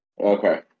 Okay